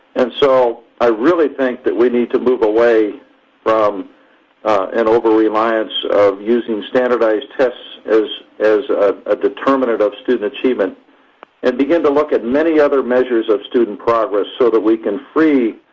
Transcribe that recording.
and so i really think that we need to move away from an overreliance of using standardized tests as as a determinant of student achievement and begin to look at many other measures of student progress so that we can free